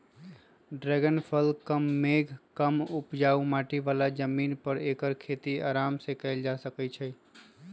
dragon फल कम मेघ कम उपजाऊ माटी बला जमीन पर ऐकर खेती अराम सेकएल जा सकै छइ